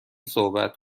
صحبت